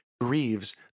grieves